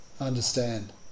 understand